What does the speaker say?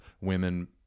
women